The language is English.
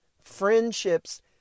friendships